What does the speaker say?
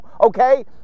okay